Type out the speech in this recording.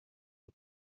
اون